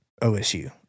OSU